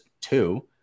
two